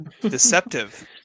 deceptive